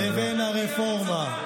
לבין הרפורמה?